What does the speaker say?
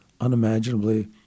unimaginably